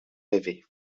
rêver